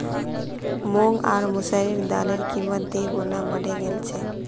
मूंग आर मसूरेर दालेर कीमत दी गुना बढ़े गेल छेक